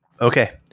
okay